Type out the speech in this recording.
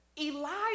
Elijah